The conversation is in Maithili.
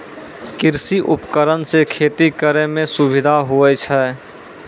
कृषि उपकरण से खेती करै मे सुबिधा हुवै छै